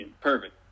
Perfect